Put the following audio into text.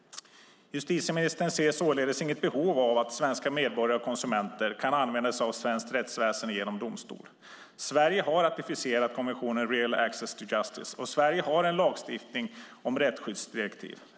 Justitieministern ser således inget behov av att svenska medborgare och konsumenter ska kunna använda sig av svenskt rättsväsen genom domstol. Sverige har ratificerat konventionen om reell access to justice, och Sverige har en lagstiftning om rättskyddsdirektiv.